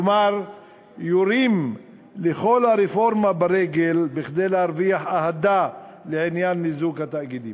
כלומר יורים לכל הרפורמה ברגל כדי להרוויח אהדה לעניין מיזוג התאגידים.